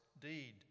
deed